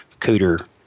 Cooter